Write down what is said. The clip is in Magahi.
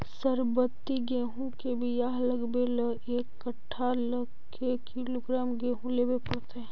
सरबति गेहूँ के बियाह लगबे ल एक कट्ठा ल के किलोग्राम गेहूं लेबे पड़तै?